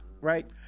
Right